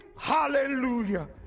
hallelujah